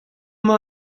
emañ